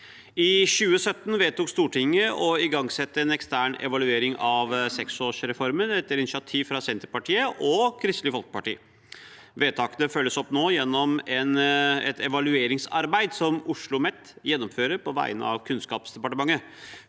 I 2017 vedtok Stortinget å igangsette en ekstern evaluering av seksårsreformen, etter initiativ fra Senterpartiet og Kristelig Folkeparti. Vedtakene følges nå opp gjennom et evalueringsarbeid som Oslomet gjennomfører på vegne av Kunnskapsdepartementet.